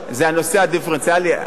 זה הנושא הדיפרנציאלי.